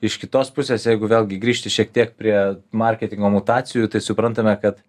iš kitos pusės jeigu vėlgi grįžti šiek tiek prie marketingo mutacijų tai suprantame kad